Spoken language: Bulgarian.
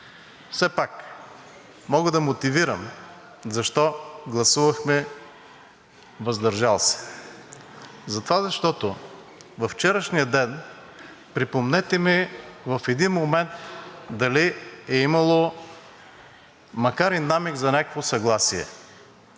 Все пак мога да мотивирам защо гласувахме „въздържал се“. Затова, защото във вчерашния ден, припомнете ми в един момент дали е имало, макар и намек за някакво съгласие,